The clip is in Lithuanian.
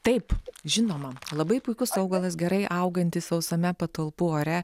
taip žinoma labai puikus augalas gerai augantis sausame patalpų ore